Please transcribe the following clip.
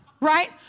Right